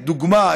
לדוגמה,